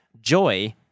joy